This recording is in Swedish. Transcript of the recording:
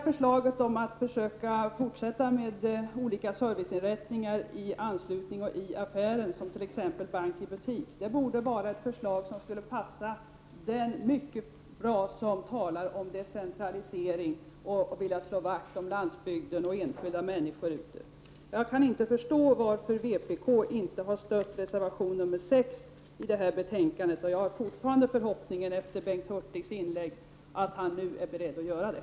Förslaget om att fortsätta med försök med olika serviceinrättningar i anslutning till och i butik, som t.ex. bank i butik, borde vara något som passar mycket bra för dem som talar om decentralisering och som vill slå vakt om landsbygden och de enskilda människorna. Jag kan inte förstå varför vpk inte har stött reservation nr 6 till detta betänkande. Efter Bengt Hurtigs inlägg har jag fortfarande förhoppningen att han är beredd att göra det.